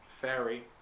fairy